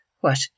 What